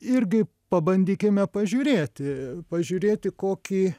irgi pabandykime pažiūrėti pažiūrėti kokį